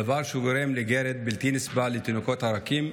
דבר שגורם לגרד בלתי נסבל לתינוקות הרכים,